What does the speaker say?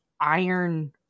iron